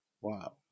Wow